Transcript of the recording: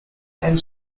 and